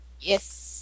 Yes